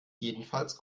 jedenfalls